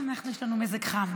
אנחנו, יש לנו מזג חם.